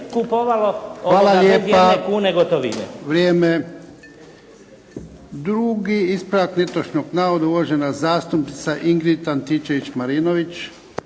Hvala lijepa! Vrijeme. Drugi ispravak netočnog navoda, uvažena zastupnica Ingrid Antičević-Marinović.